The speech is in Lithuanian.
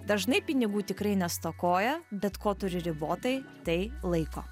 dažnai pinigų tikrai nestokoja bet ko turi ribotai tai laiko